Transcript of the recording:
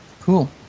cool